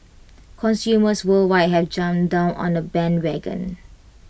consumers worldwide have jumped on the bandwagon